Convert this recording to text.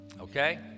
Okay